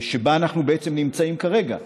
שבה אנחנו בעצם נמצאים כרגע,